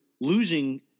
losing